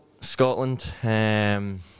Scotland